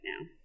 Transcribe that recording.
now